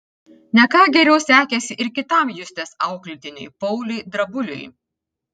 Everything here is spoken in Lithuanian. ne ką geriau sekėsi ir kitam justės auklėtiniui pauliui drabuliui